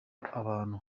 abantu